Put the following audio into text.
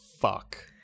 Fuck